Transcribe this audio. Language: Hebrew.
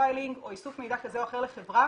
פרופיילינג או איסוף מידע כזה או אחר בחברה